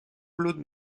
claude